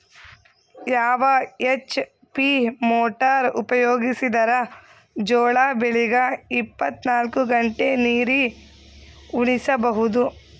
ಯಾವ HP motor ಉಪಯೋಗಿಸಿದರ ಜೋಳ ಬೆಳಿಗ ಇಪ್ಪತ ನಾಲ್ಕು ಗಂಟೆ ನೀರಿ ಉಣಿಸ ಬಹುದು?